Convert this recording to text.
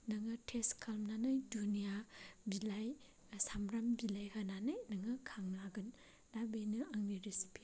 नोङो टेस्ट खालामनानै दुन्दिया बिलाइ साम्ब्राम बिलाइ होनानै नोङो खांनो हागोन दा बेनो आंनि रेसिपिआ